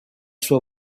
sua